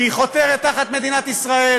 שהיא חותרת תחת מדינת ישראל